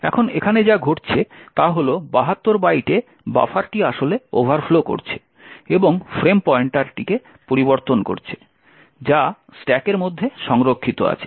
এখন এখানে যা ঘটছে তা হল 72 বাইটে বাফারটি আসলে ওভারফ্লো করছে এবং ফ্রেম পয়েন্টারটিকে পরিবর্তন করছে যা স্ট্যাকের মধ্যে সংরক্ষিত আছে